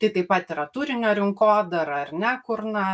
tai taip pat yra turinio rinkodara ar ne kur na